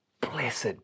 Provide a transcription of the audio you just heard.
Blessed